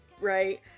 Right